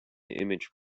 image